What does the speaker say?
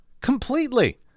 Completely